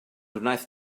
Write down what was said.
wnaeth